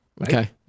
Okay